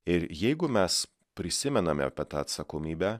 ir jeigu mes prisimename apie tą atsakomybę